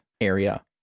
area